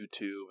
YouTube